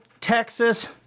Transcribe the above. Texas